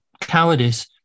cowardice